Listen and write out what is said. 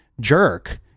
jerk